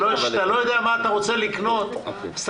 כשאתה לא יודע מה אתה רוצה לקנות אז אתה